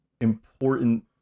important